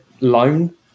loan